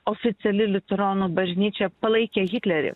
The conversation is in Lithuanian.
oficiali liuteronų bažnyčia palaikė hitlerį